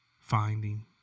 finding